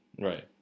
Right